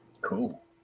Cool